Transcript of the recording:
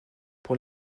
pour